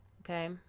Okay